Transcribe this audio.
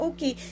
Okay